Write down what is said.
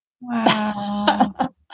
Wow